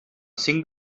cinc